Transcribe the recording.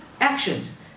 actions